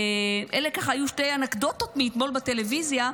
אלו היו שתי אנקדוטות מאתמול בטלוויזיה,